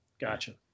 Gotcha